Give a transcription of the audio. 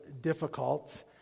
difficult